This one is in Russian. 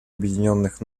объединенных